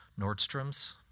Nordstrom's